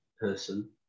person